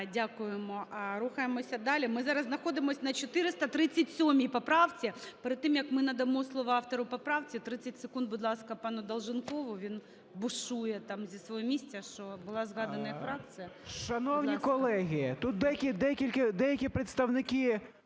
Дякуємо. Рухаємося далі? Ми зараз знаходимось на 437 поправці. Перед тим, як ми надамо слово автору поправки, 30 секунд, будь ласка, пану Долженкову. Він бушує там зі свого місця, що була згадана їх фракція. Будь ласка.